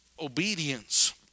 obedience